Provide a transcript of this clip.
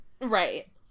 Right